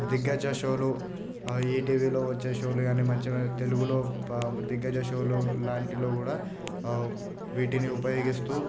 దిగ్గజ షోలు ఈటీవీలో వచ్చే షోలు కాని మంచి తెలుగులో ప దిగ్గజ షోలు లొ లాంటిలో కూడా వీటిని ఉపయోగిస్తూ